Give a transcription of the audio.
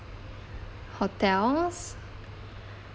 hotels